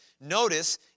notice